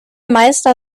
meister